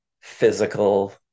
physical